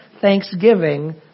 thanksgiving